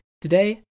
Today